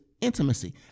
intimacy